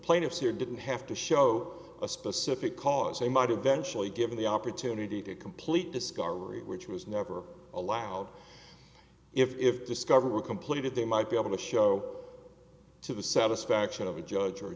plaintiffs here didn't have to show a specific cause they might eventually given the opportunity to complete discovery which was never allowed if discovery were completed they might be able to show to the satisfaction of a judge or